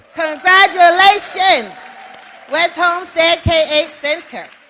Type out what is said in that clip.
congratulations west homestead k eight center.